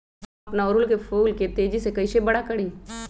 हम अपना ओरहूल फूल के तेजी से कई से बड़ा करी?